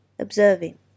observing